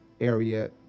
area